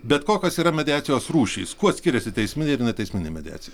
bet kokios yra mediacijos rūšys kuo skiriasi teisminė ir neteisminė mediacija